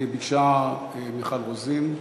ביקשה מיכל רוזין.